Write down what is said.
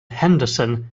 henderson